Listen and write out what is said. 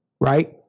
right